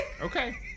Okay